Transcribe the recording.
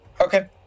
Okay